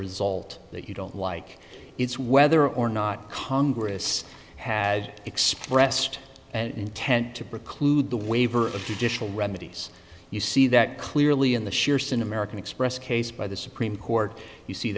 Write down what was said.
result that you don't like it's whether or not congress has expressed an intent to preclude the waiver of judicial remedies you see that clearly in the shearson american express case by the supreme court you see